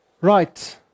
Right